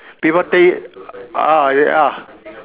people tell you ah ya